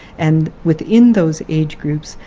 and within those age groups,